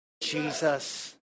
Jesus